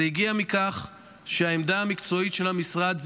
זה הגיע מכך שהעמדה המקצועית של המשרד היא